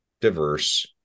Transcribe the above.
diverse